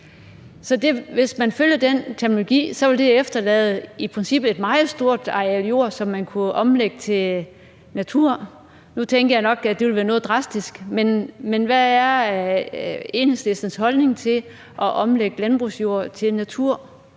Så hvis man følger den terminologi, vil det efterlade et i princippet meget stort areal jord, som man kunne omlægge til natur. Nu tænker jeg nok, at det ville være noget drastisk, men hvad er Enhedslistens holdning til at omlægge landbrugsjord til natur,